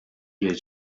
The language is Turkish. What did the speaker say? geri